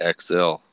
XL